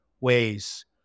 ways